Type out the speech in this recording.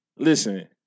Listen